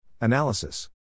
Analysis